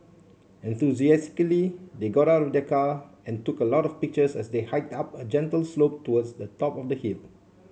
enthusiastically they got out of the car and took a lot of pictures as they hiked up a gentle slope towards the top of the hill